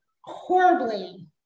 horribly